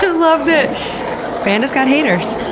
love that pandas got haters.